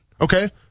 okay